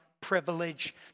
privilege